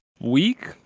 week